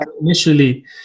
initially